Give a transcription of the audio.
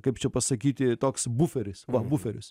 kaip čia pasakyti toks buferis va buferis